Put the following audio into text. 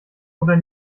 oder